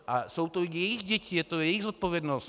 A jsou to jejich děti, jejich zodpovědnost.